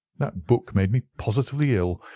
that book made me positively ill.